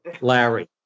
Larry